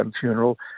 funeral